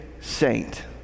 saint